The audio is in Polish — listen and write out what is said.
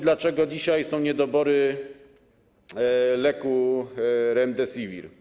Dlaczego dzisiaj są niedobory leku Remdesivir?